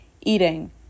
eating